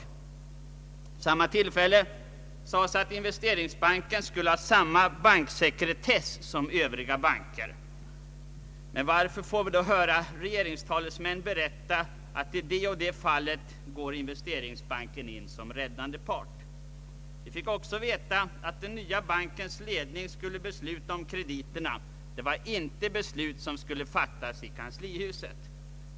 Vid samma tillfälle sades att Investeringsbanken skulle ha samma banksekretess som övriga banker. Men varför får vi då höra regeringstalesmän berätta att Investeringsbanken i det och det fallet gått in som räddande part? Vi fick också veta att den nya bankens ledning skulle besluta om krediterna. Dessa beslut skulle inte fattas i kanslihuset.